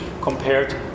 compared